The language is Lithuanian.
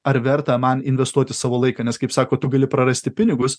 ar verta man investuoti savo laiką nes kaip sako tu gali prarasti pinigus